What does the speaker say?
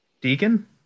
Deacon